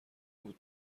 بود